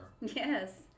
yes